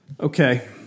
Okay